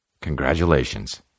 Congratulations